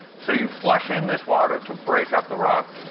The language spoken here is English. so you flush in this water to break up the rock,